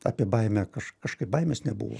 apie baimę kaž kažkaip baimės nebuvo